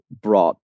brought